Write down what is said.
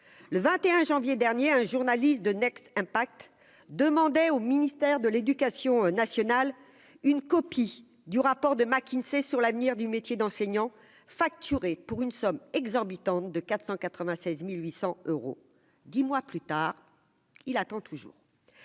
le 21 janvier dernier, un journaliste de Next Inpact demandait au ministère de l'Éducation nationale, une copie du rapport de McKinsey sur l'avenir du métier d'enseignant facturé pour une somme exorbitante de 496800 euros 10 mois plus tard, il attend toujours